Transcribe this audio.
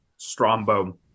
Strombo